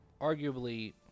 arguably